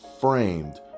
framed